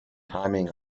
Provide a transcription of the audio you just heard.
timing